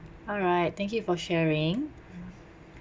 alright thank you for sharing